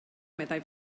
meddai